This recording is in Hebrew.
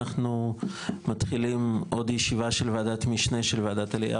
אנחנו מתחילים עוד ישיבה של וועדת משנה של וועדת עלייה